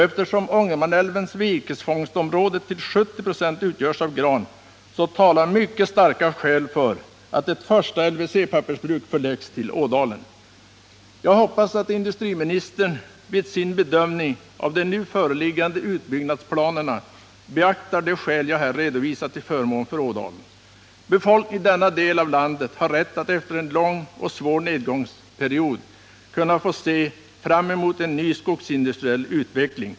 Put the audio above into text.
Eftersom Ångermanälvens virkesfångstområde till 70 96 utgörs av gran, talar mycket starka skäl för att ett första LWC-pappersbruk förläggs till Ådalen. Jag hoppas att industriministern vid sin bedömning av de nu föreliggande utbyggnadsplanerna beaktar de skäl jag här redovisat till förmån för Ådalen. Befolkningen i denna del av landet har rätt att efter en lång och svår nedgångsperiod kunna få se fram emot en ny skogsindustriell utveckling.